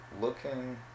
looking